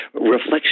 reflection